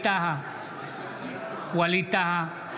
ווליד טאהא,